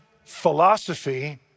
philosophy